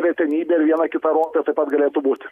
retenybė ir viena kita ropė taip pat galėtų būt